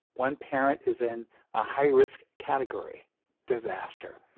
one parent is in a high risk category disaster.